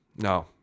No